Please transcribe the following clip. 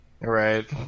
Right